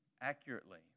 accurately